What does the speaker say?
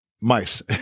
Mice